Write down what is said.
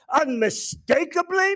unmistakably